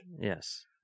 Yes